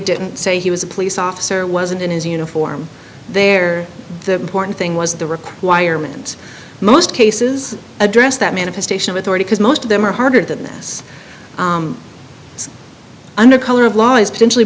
didn't say he was a police officer wasn't in his uniform there the important thing was the requirement most cases address that manifestation of authority because most of them are harder than this under color of law is